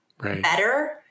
better